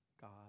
God